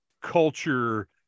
culture